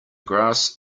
grass